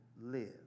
live